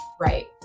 right